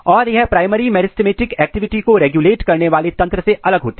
और यह primary meristematic activity को रेगुलेट करने वाले तंत्र से अलग होती है